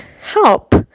help